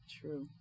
True